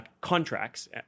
contracts